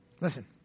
Listen